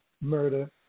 murder